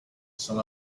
son